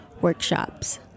workshops